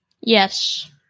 Yes